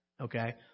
Okay